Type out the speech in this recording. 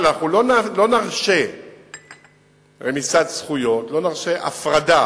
אבל אנחנו לא נרשה רמיסת זכויות, לא נרשה הפרדה